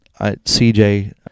CJ